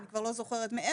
אני כבר לא זוכרת מאיפה,